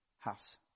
House